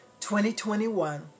2021